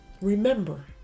Remember